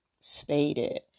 stated